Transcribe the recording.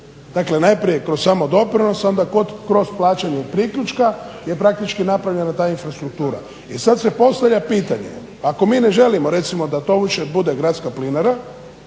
Dakle, najprije kroz samodoprinos, a onda kroz plaćanje priključka je praktički napravljena ta infrastruktura. I sad se postavlja pitanje, ako mi ne želimo recimo da to uopće bude Gradska plinara,